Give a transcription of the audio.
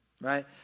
right